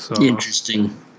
Interesting